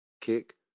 Kick